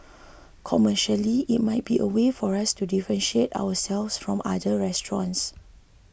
commercially it might be a way for us to differentiate ourselves from other restaurants